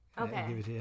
okay